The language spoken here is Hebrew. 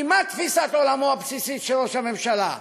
כי מה תפיסת העולם הבסיסית של ראש הממשלה?